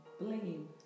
blame